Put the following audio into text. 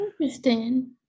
Interesting